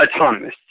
autonomous